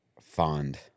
fond